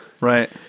Right